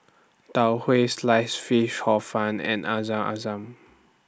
Tau Huay Sliced Fish Hor Fun and Air Zam Zam